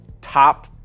top